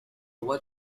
what